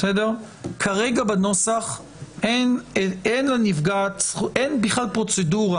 בנוסח הנוכחי אין בכלל פרוצדורה,